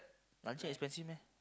luncheon expensive meh